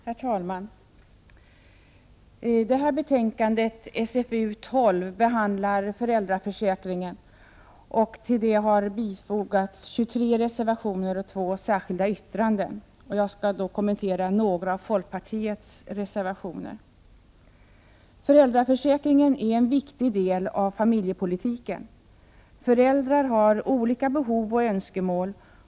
Herr talman! Socialförsäkringsutskottets betänkande 12 behandlar föräldraförsäkringen, och till detta betänkande har fogats 23 reservationer och två särskilda yttranden. Jag avser att kommentera några av folkpartiets reservationer. Föräldraförsäkringen är en viktig del av familjepolitiken. Föräldrar har olika behov och önskemål.